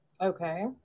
Okay